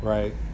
Right